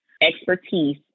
expertise